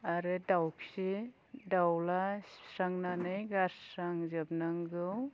आरो दाउखि दाउला सिबस्रांनानै गारस्रांजोबनांगौ